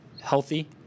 healthy